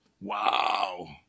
Wow